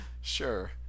Sure